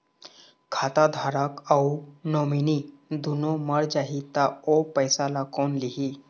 खाता धारक अऊ नोमिनि दुनों मर जाही ता ओ पैसा ला कोन लिही?